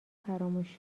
فراموش